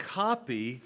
copy